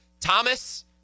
Thomas